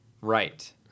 Right